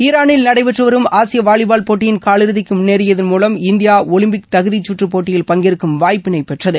ஈரானில் நடைபெற்று வரும் ஆசிய வாலிபால் போட்டியின் காலிறுதிக்கு முன்னேறியதன் மூலம் இந்தியா ஒலிம்பிக் தகுதிச்சுற்று போட்டியில் பங்கேற்கும் வாய்ப்பினை பெற்றது